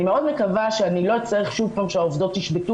אני מאוד מקווה שאני לא אצטרך שוב פעם שהעובדות ישבתו